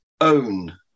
own